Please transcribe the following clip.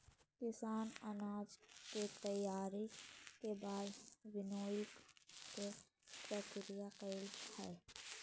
किसान अनाज के तैयारी के बाद विनोइंग के प्रक्रिया करई हई